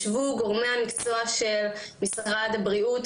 ישבו גורמי המקצוע של משרד הבריאות,